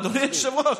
אדוני היושב-ראש,